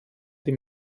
die